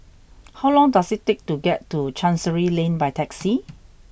how long does it take to get to Chancery Lane by taxi